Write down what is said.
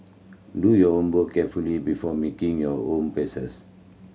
do your homework carefully before making your home